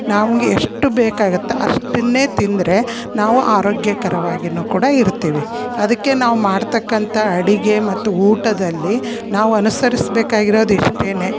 ನಮಗೆ ಎಷ್ಟು ಬೇಕಾಗತ್ತೋ ಅಷ್ಟನ್ನೇ ತಿಂದರೆ ನಾವು ಆರೋಗ್ಯಕರವಾಗಿಯೂ ಕೂಡ ಇರ್ತೀವಿ ಅದಕ್ಕೆ ನಾವು ಮಾಡ್ತಕ್ಕಂಥ ಅಡುಗೆ ಮತ್ತು ಊಟದಲ್ಲಿ ನಾವು ಅನುಸರ್ಸ ಬೇಕಾಗಿರೋದು ಇಷ್ಟೇನೆ